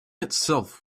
itself